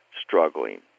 struggling